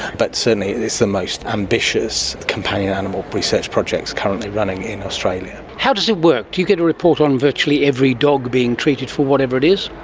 but certainly it's the most ambitious companion animal research project currently running in australia. how does it work? do you get a report on virtually every dog being treated for whatever it is?